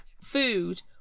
food